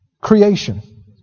creation